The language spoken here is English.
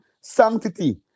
sanctity